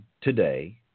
today